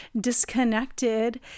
disconnected